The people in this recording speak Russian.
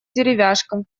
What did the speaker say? деревяшка